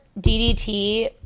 DDT